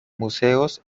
museos